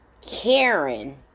Karen